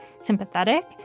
sympathetic